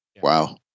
Wow